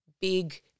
big